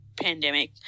pandemic